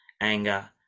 anger